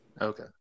Okay